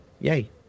yay